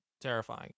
terrifying